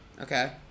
Okay